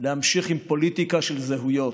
להמשיך עם פוליטיקה של זהויות,